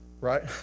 right